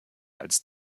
als